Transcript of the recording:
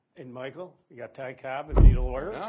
and michael, your tie cab if you need a lawyer.